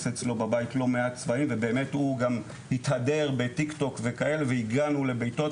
אצלו בבית לא מעט צבאים ובאמת הוא גם התהדר בטיקטוק וכאלה והגענו לביתו,